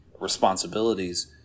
responsibilities